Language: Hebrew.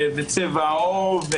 צבע העור,